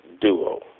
duo